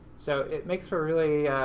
so it makes for a really